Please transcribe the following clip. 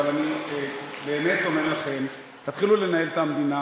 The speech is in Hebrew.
אבל אני באמת אומר לכם: תתחילו לנהל את המדינה,